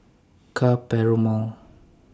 Ka Perumal